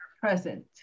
present